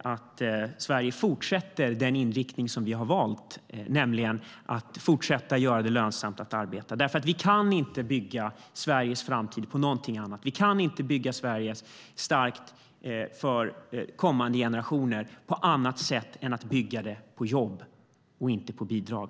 att Sverige fortsätter den inriktning som vi har valt, nämligen att fortsätta göra det lönsamt att arbeta. Vi kan inte bygga Sveriges framtid på någonting annat. Vi kan inte bygga Sverige starkt för kommande generationer på annat sätt än genom att bygga det på jobb och inte på bidrag.